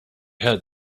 heard